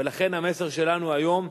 ולכן, המסר שלנו היום,